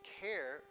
care